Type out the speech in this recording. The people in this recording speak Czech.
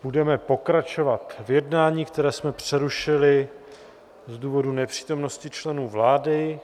Budeme pokračovat v jednání, které jsme přerušili z důvodu nepřítomnosti členů vlády.